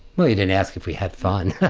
well, you didn't ask if we had fun.